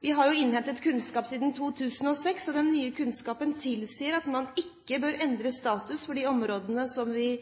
Vi har jo innhentet kunnskap siden 2006. Den nye kunnskapen tilsier at man ikke bør endre status for de områdene som vi